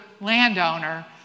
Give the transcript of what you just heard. landowner